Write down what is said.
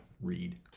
read